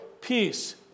peace